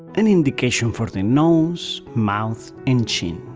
an indication for the nose, mouth and chin.